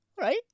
Right